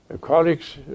colleagues